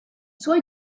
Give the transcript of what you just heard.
suoi